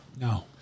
No